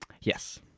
Yes